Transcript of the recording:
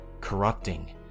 corrupting